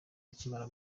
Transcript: akimara